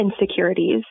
insecurities